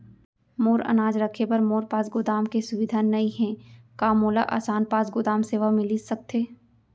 मोर अनाज रखे बर मोर पास गोदाम के सुविधा नई हे का मोला आसान पास गोदाम सेवा मिलिस सकथे?